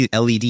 LED